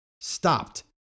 stopped